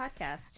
podcast